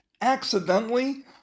accidentally